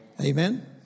Amen